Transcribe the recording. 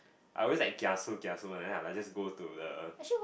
I always like kiasu kiasu one then I'll like just go to the